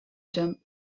jump